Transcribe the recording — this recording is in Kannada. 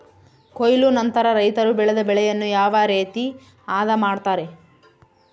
ಕೊಯ್ಲು ನಂತರ ರೈತರು ಬೆಳೆದ ಬೆಳೆಯನ್ನು ಯಾವ ರೇತಿ ಆದ ಮಾಡ್ತಾರೆ?